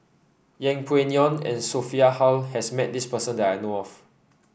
Yeng Pway Ngon and Sophia Hull has met this person that I know of